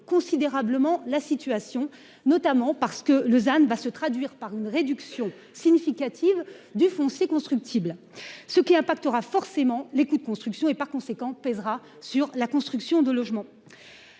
considérablement la situation, notamment parce que Lausanne va se traduire par une réduction significative du foncier constructible ce qui impactera forcément les coûts de construction et par conséquent pèsera sur la construction de logements.